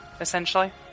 essentially